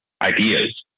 Ideas